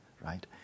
right